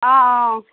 অঁ অঁ